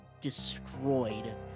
destroyed